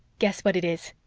guess what it is.